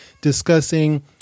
discussing